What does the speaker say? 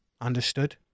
Understood